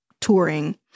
touring